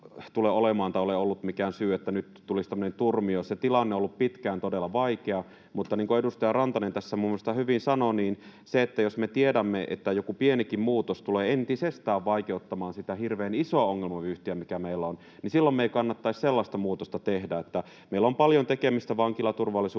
olemaan tai ole ollut mikään syy, että nyt tulisi tämmöinen turmio. Se tilanne on ollut pitkään todella vaikea, mutta — niin kuin edustaja Rantanen tässä minun mielestäni hyvin sanoi — jos me tiedämme, että jokin pienikin muutos tulee entisestään vaikeuttamaan sitä hirveän isoa ongelmavyyhtiä, mikä meillä on, niin silloin meidän ei kannattaisi sellaista muutosta tehdä. Meillä on paljon tekemistä vankilaturvallisuuden